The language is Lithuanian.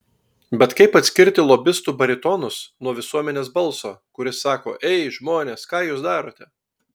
bet kaip atskirti lobistų baritonus nuo visuomenės balso kuris sako ei žmonės ką jūs darote